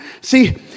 See